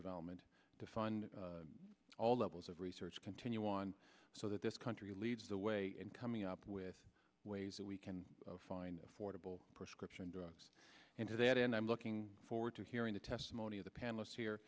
development to fund all levels of research continue on so that this country leads the way in coming up with ways that we can find affordable prescription drugs into that and i'm looking forward to hearing the testimony of the panelists here